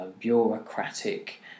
bureaucratic